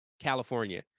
California